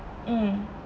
mm